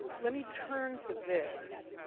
let me turn to this.